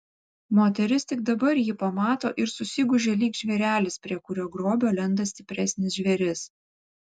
moteris tik dabar jį pamato ir susigūžia lyg žvėrelis prie kurio grobio lenda stipresnis žvėris